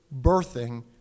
birthing